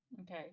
okay